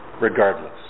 regardless